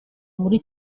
muri